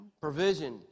provision